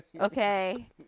Okay